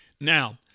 Now